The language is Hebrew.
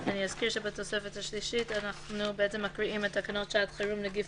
אני אזכיר שבתוספת השלישית אנחנו קוראים את תקנות שעת חירום (נגיף